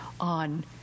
on